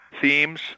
themes